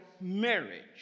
marriage